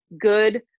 good